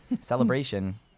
Celebration